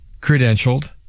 credentialed